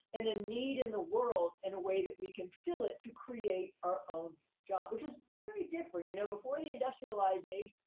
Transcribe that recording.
and a need in the world and a way that we can fill it to create our own job, which is very different, you know. before the industrialized age,